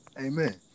Amen